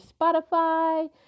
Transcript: Spotify